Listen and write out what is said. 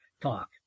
talk